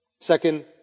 Second